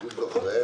ובוויצמן.